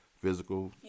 physical